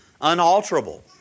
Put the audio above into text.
unalterable